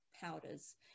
powders